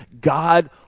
God